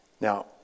Now